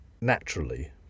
naturally